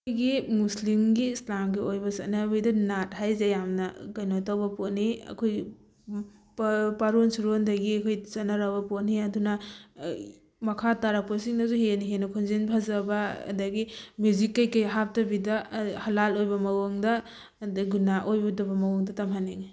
ꯑꯩꯒꯤ ꯃꯨꯁꯂꯤꯝꯒꯤ ꯏꯁꯂꯥꯝꯒꯤ ꯑꯣꯏꯕ ꯆꯠꯅꯕꯤꯗ ꯅꯥꯠ ꯍꯥꯏꯁꯦ ꯌꯥꯝꯅ ꯀꯩꯅꯣ ꯇꯧꯕ ꯄꯣꯠꯅꯤ ꯑꯩꯈꯣꯏ ꯄꯔꯣꯟ ꯁꯨꯔꯣꯟꯗꯒꯤ ꯑꯩꯈꯣꯏ ꯆꯠꯅꯔꯛꯑꯕ ꯄꯣꯠꯅꯤ ꯑꯗꯨꯅ ꯃꯈꯥ ꯇꯥꯔꯛꯄꯁꯤꯡꯅꯁꯨ ꯍꯦꯟꯅ ꯍꯦꯟꯅ ꯈꯣꯟꯖꯦꯜ ꯐꯖꯕ ꯑꯗꯒꯤ ꯃ꯭ꯌꯨꯁꯤꯛ ꯀꯩꯀꯩ ꯍꯥꯞꯇꯕꯗꯤ ꯍꯂꯥꯜ ꯃꯑꯣꯡꯗ ꯑꯗꯩ ꯒꯨꯅꯥ ꯑꯣꯏꯔꯣꯏꯗꯕ ꯃꯑꯣꯡꯗ ꯇꯝꯍꯟꯅꯤꯡꯉꯤ